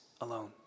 alone